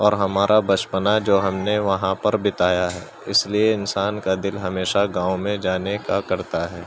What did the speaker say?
اور ہمارا بچپنا جو ہم نے وہاں پر بتایا ہے اس لیے انسان کا دل ہمیشہ گاؤں میں جانے کا کرتا ہے